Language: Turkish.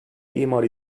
imar